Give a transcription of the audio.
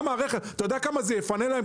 אתה יודע כמה זה ייפנה להם?